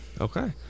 Okay